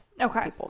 Okay